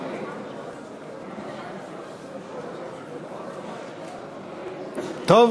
טוב,